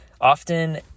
Often